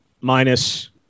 minus